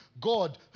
God